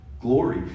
glory